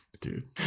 Dude